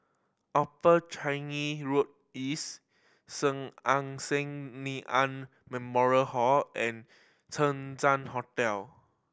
Upper Changi Road East Sun Yat Sen Nanyang Memorial Hall and Chang Ziang Hotel